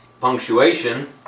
punctuation